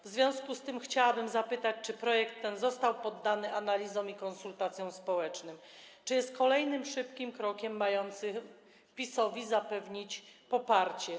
W związku z tym chciałabym zapytać, czy projekt ten został poddany analizom i konsultacjom społecznym, czy jest kolejnym szybkim krokiem mającym zapewnić PiS-owi poparcie.